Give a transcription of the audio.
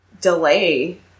delay